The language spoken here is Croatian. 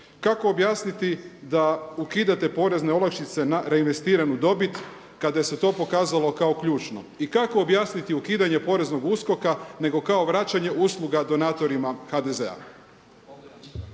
Kako objasniti da ukidate porezne olakšice na reinvestiranu dobit kada se je to pokazalo kao ključno? I kako objasniti ukidanje poreznog USKOK-a nego kao vraćanje usluga donatorima HDZ-a.